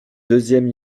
deuxième